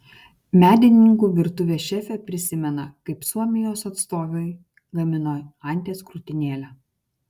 medininkų virtuvės šefė prisimena kaip suomijos atstovai gamino anties krūtinėlę